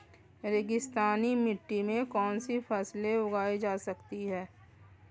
रेगिस्तानी मिट्टी में कौनसी फसलें उगाई जा सकती हैं?